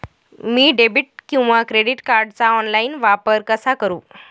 मी debit किंवा credit कार्डचा online वापर कसा करु?